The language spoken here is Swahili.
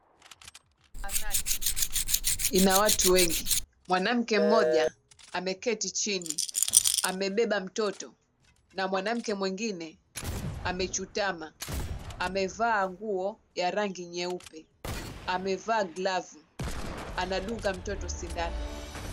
Zahanati ina watu wengi, mwanamke mmoja ameketi chini, amebeba mtoto, na mwanamke mwingine amechutama, amevaa nguo ya rangi nyeupe, amevaa glavu, anadunga mtoto sindano.